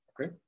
Okay